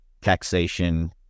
taxation